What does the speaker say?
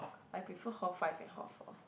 I prefer hall five and hall four